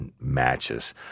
matches